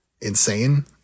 insane